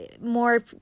more